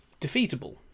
defeatable